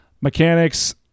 mechanics